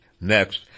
Next